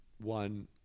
one